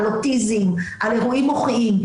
על אוטיזם על אירועים מוחיים,